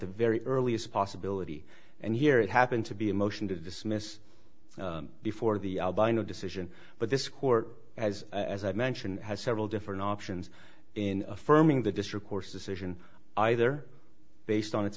the very earliest possibility and here it happened to be a motion to dismiss before the albino decision but this court has as i mentioned has several different options in affirming the district court's decision either based on